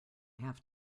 have